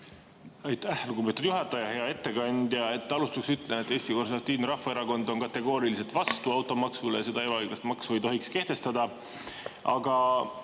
Aitäh, lugupeetud juhataja! Hea ettekandja! Alustuseks ütlen, et Eesti Konservatiivne Rahvaerakond on kategooriliselt vastu automaksule, seda ebaõiglast maksu ei tohiks kehtestada. Aga